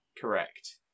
Correct